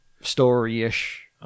story-ish